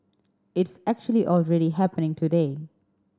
it's actually already happening today